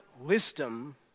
wisdom